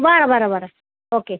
बरं बरं बरं ओके